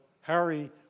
Harry